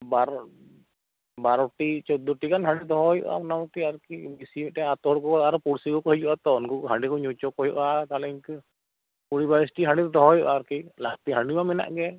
ᱵᱟᱨ ᱵᱟᱨᱚᱴᱤ ᱪᱳᱫᱽᱫᱳᱴᱤ ᱜᱟᱱ ᱦᱟᱺᱰᱤ ᱫᱚᱦᱚ ᱦᱩᱭᱩᱜᱼᱟ ᱢᱳᱴᱟᱢᱩᱴᱤ ᱟᱨᱠᱤ ᱵᱮᱥᱤ ᱢᱤᱫᱴᱟᱱ ᱟᱛᱳᱦᱚᱲ ᱠᱚ ᱟᱨ ᱯᱩᱬᱥᱤ ᱠᱚᱠᱚ ᱦᱤᱡᱩᱜ ᱟᱛᱚ ᱩᱱᱠᱩ ᱦᱟᱰᱺᱤ ᱠᱚ ᱧᱩ ᱦᱚᱪᱚ ᱠᱚ ᱦᱩᱭᱩᱜᱼᱟ ᱛᱟᱦᱚᱞᱮ ᱤᱱᱠᱟᱹ ᱠᱩᱲᱤ ᱵᱟᱭᱤᱥᱴᱤ ᱦᱟᱺᱰᱤ ᱫᱚ ᱫᱚᱦᱚ ᱦᱩᱭᱩᱜᱼᱟ ᱟᱨᱠᱤ ᱞᱟᱹᱠᱛᱤ ᱦᱟᱺᱰᱤ ᱢᱟ ᱢᱮᱱᱟᱜ ᱜᱮ